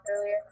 earlier